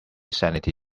sanity